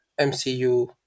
MCU